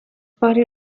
باری